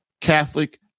Catholic